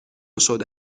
شده